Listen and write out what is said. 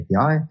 API